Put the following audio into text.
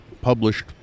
published